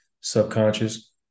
subconscious